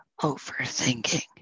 overthinking